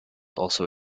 also